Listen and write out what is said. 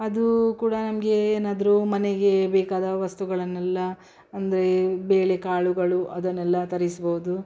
ಅದೂ ಕೂಡ ನಮಗೆ ಏನಾದರೂ ಮನೆಗೆ ಬೇಕಾದ ವಸ್ತುಗಳನ್ನೆಲ್ಲ ಅಂದರೆ ಬೇಳೆ ಕಾಳುಗಳು ಅದನ್ನೆಲ್ಲ ತರಿಸ್ಬೋದು